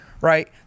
right